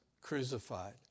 crucified